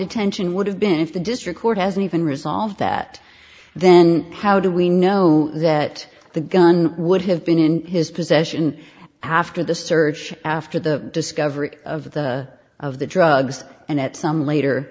detention would have been if the district court hasn't even resolved that then how do we know that the gun would have been in his possession after the search after the discovery of the of the drugs and at some